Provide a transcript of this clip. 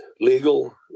Legal